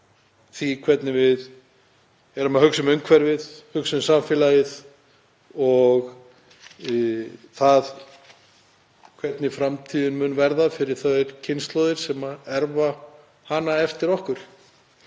því hvernig við hugsum um umhverfið, hugsum um samfélagið og það hvernig framtíðin mun verða fyrir þær kynslóðir sem erfa það eftir okkur.